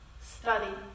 Study